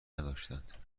نداشتند